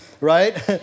Right